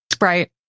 Right